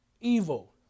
evil